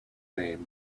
name